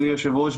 אדוני היושב-ראש,